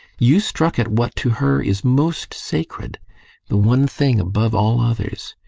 you struck at what to her is most sacred the one thing above all others.